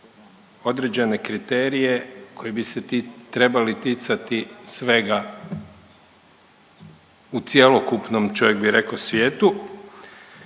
određene kriterije koji bi se trebali ticati svega u cjelokupnom, čovjek bi rekao svijetu,